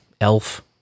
Elf